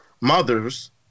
mothers